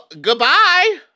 goodbye